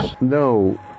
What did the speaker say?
No